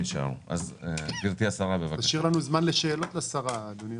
תשאיר לנו זמן לשאלות לשרה, אדוני.